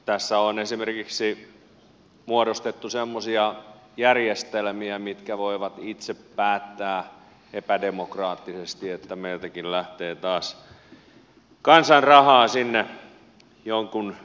tässä on esimerkiksi muodostettu semmoisia järjestelmiä mitkä voivat itse päättää epädemokraattisesti että meiltäkin lähtee taas kansan rahaa sinne jonkun pankkiirin taskuun